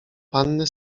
panny